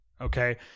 okay